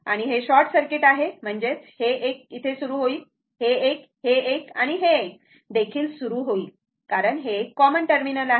आणि हे short circuit आहे म्हणजेच हे एक सुरू होईल हे एक हे एक आणि हे एक देखील सुरू होईल कारण हे एक कॉमन टर्मिनल आहे